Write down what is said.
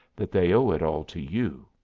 that they owe it all to you.